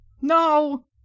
No